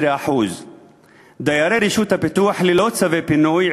12%; דיירי רשות הפיתוח ללא צווי פינוי,